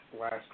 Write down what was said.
last